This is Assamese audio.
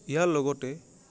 ইয়াৰ লগতে